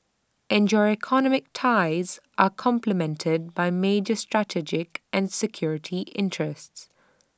and your economic ties are complemented by major strategic and security interests